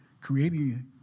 creating